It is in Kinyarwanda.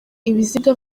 ibiziga